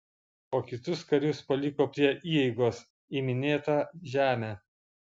o kitus karius paliko prie įeigos į minėtą žemę